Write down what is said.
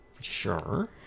Sure